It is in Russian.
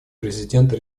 президента